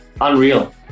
Unreal